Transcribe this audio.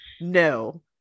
no